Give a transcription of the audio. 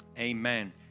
amen